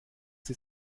sie